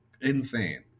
insane